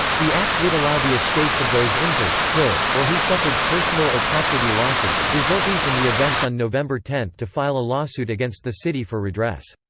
the act would allow the estates of those injured, killed, or who suffered personal or property losses, resulting from the events on november ten to file a lawsuit against the city for redress.